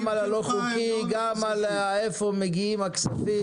-- גם על הלא חוקי, גם על איפה מגיעים הכספים